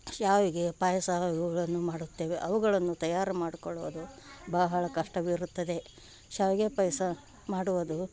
ಶ್ಯಾವಿಗೆ ಪಾಯಸ ಇವುಗಳನ್ನು ಮಾಡುತ್ತೇವೆ ಅವುಗಳನ್ನು ತಯಾರು ಮಾಡಿಕೊಳ್ಳೋದು ಬಹಳ ಕಷ್ಟವಿರುತ್ತದೆ ಶಾವಿಗೆ ಪಾಯಸ ಮಾಡುವುದು